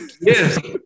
Yes